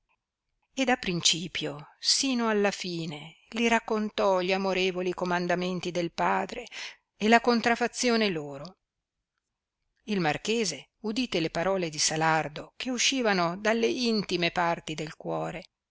e da principio sino alla fine li raccontò gli amorevoli comandamenti del padre e la contrafazione loro il marchese udite le parole di salardo che uscivano dalle intime parti del cuore